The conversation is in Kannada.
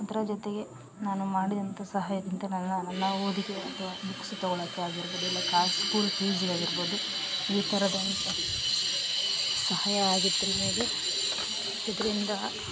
ಇದರ ಜೊತೆಗೆ ನಾನು ಮಾಡಿದಂಥ ಸಹಾಯದಿಂದ ನನ್ನ ನನ್ನ ಓದಿಗೆ ಅಥ್ವ ಬುಕ್ಸ್ ತಗೋಳೊಕ್ಕೆ ಆಗಿರ್ಬೋದು ಇಲ್ಲ ಕ ಸ್ಕೂಲ್ ಫೀಸಿಗೆ ಆಗಿರ್ಬೋದು ಈ ಥರದಂಥ ಸಹಾಯ ಆಗಿತ್ತು ಅಮೇಲೆ ಇದರಿಂದ